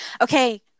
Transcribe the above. Okay